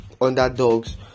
Underdogs